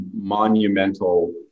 monumental